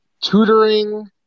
tutoring